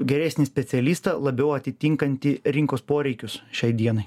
geresnį specialistą labiau atitinkantį rinkos poreikius šiai dienai